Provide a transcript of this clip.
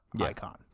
icon